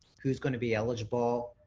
who's going to be eligible?